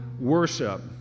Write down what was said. worship